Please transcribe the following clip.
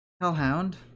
hellhound